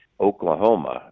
Oklahoma